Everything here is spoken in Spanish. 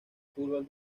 fútbol